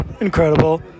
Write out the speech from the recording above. incredible